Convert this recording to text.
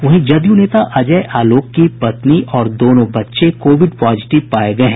वहीं जदयू नेता अजय आलोक की पत्नी और दोनों बच्चे कोविड पॉजिटिव पाये गये हैं